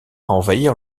envahir